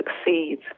succeed